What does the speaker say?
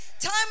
Time